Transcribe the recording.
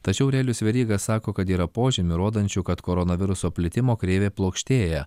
tačiau aurelijus veryga sako kad yra požymių rodančių kad koronaviruso plitimo kreivė plokštėja